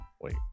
Wait